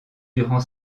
durant